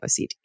OCD